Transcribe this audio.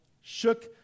shook